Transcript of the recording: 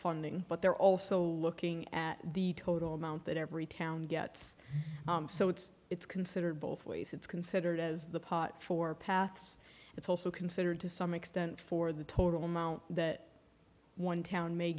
funding but they're also looking at the total amount that every town gets so it's it's considered both ways it's considered as the pot for paths it's also considered to some extent for the total amount that one town may